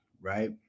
right